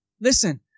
listen